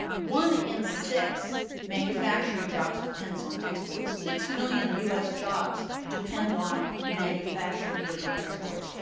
one in six manufacturing jobs depends on exports, six million us jobs depend on manufactured good exports.